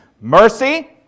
mercy